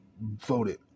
voted